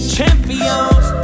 Champions